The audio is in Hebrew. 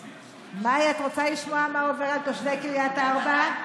מאי, את רוצה לשמוע מה עובר על תושבי קריית ארבע?